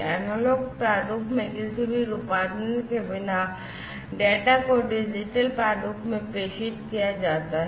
analogue प्रारूप में किसी भी रूपांतरण के बिना डेटा को डिजिटल प्रारूप में प्रेषित किया जाता है